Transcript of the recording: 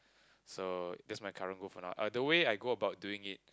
so that's my current goal for now ah the way I go about doing it